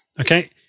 Okay